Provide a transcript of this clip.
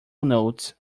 notes